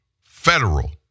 Federal